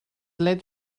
let